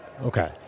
Okay